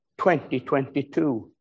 2022